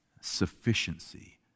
sufficiency